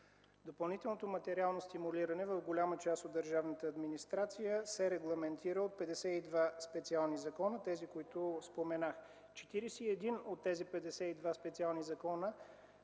Допълнителното материално стимулиране в голяма част от държавната администрация се регламентира от 52 специални закона – тези, които споменах. Четиридесет и един от тези 52 специални закона